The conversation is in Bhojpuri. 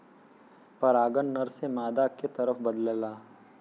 परागन नर से मादा के तरफ बदलला